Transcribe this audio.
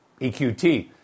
EQT